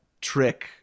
trick